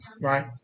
right